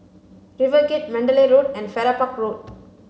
RiverGate Mandalay Road and Farrer Park Road